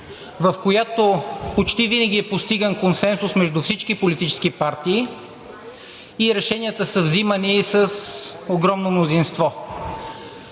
в която почти винаги е постиган консенсус между всички политически партии и решенията са взимани с огромно мнозинство.